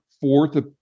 fourth